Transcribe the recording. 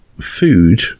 food